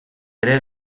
ere